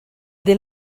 they